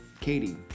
Katie